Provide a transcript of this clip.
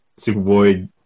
Superboy